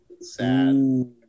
Sad